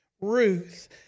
Ruth